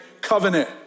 covenant